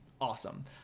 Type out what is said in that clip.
awesome